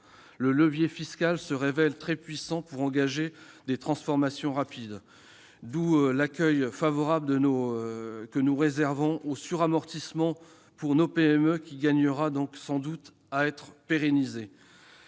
Le levier fiscal se révèle très puissant pour engager des transformations rapides. C'est ce qui explique l'accueil favorable que nous réservons au suramortissement pour nos PME ; le dispositif gagnera sans doute à être pérennisé.